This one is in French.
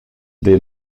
des